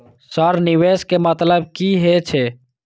Sir निवेश के मतलब की हे छे?